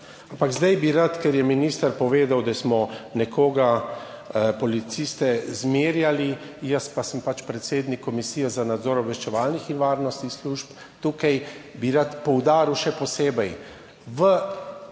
zdaj bi rad, ker je minister povedal, da smo nekoga policiste zmerjali, jaz pa sem pač predsednik Komisije za nadzor obveščevalnih in varnostnih služb. Tukaj bi rad poudaril, še posebej v nadzorih